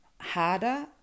harder